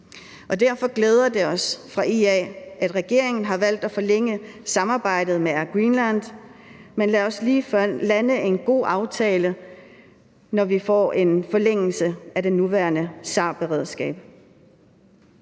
Derfor glæder det os fra IA's side, at regeringen har valgt at forlænge samarbejdet med Air Greenland, men lad os lige lande en god aftale, når vi får en forlængelse af det nuværende SAR-beredskab.